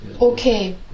Okay